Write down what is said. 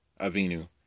Avinu